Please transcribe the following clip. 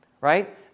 right